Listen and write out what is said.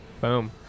Boom